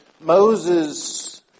Moses